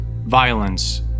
violence